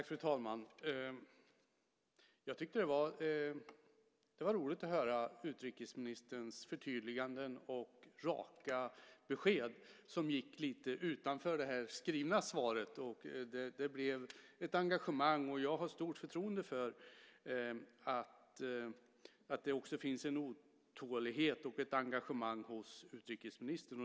Fru talman! Jag tyckte att det var roligt att höra utrikesministerns förtydliganden och raka besked, som gick lite utanför det skrivna svaret. Det blev ett engagemang. Jag har stort förtroende för att det också finns en otålighet och ett engagemang hos utrikesministern.